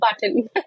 button